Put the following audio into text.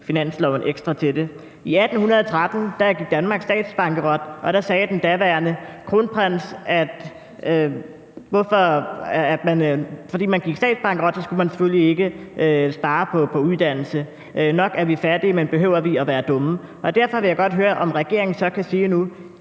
krone ekstra til det. I 1813 gik Danmark statsbankerot, og der sagde den daværende kronprins, at fordi man gik statsbankerot, skulle man selvfølgelig ikke spare på uddannelse: Nok er vi fattige, men vi behøver ikke at være dumme. Derfor vil jeg godt høre, om regeringen så kan sige nu: